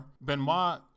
Benoit